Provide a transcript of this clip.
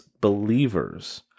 believers